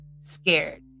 scared